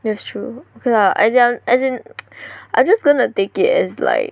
that's true okay lah I laz~ as in I'm just gonna take it as like